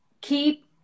keep